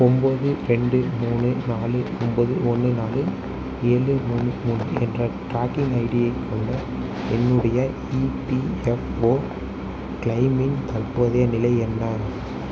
ஒம்போது ரெண்டு மூணு நாலு ஒம்போது ஒன்று நாலு ஏழு மூணு மூணு என்ற ட்ராக்கிங் ஐடியை கொண்ட என்னுடைய இபிஎஃப்ஓ கிளெய்மின் தற்போதைய நிலை என்ன